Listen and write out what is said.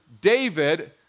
David